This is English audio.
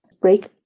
Break